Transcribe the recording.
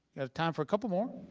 have time for a couple more.